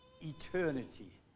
eternity